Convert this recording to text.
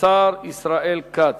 השר ישראל כץ.